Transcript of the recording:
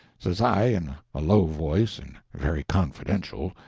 says i, in a low voice and very confidential,